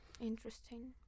interesting